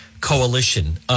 coalition